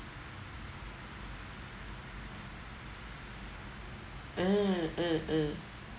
uh uh uh